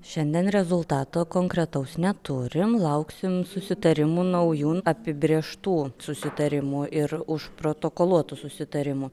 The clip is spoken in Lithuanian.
šiandien rezultato konkretaus neturim lauksim susitarimų naujų apibrėžtų susitarimų ir užprotokoluotų susitarimų